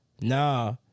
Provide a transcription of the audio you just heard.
Nah